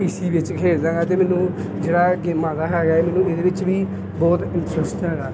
ਪੀ ਸੀ ਵਿੱਚ ਖੇਡਦਾ ਹੈਗਾ ਅਤੇ ਮੈਨੂੰ ਜਿਹੜਾ ਗੇਮਾਂ ਦਾ ਹੈਗਾ ਮੈਨੂੰ ਇਹਦੇ ਵਿੱਚ ਵੀ ਬਹੁਤ ਇੰਟਰਸਟ ਹੈਗਾ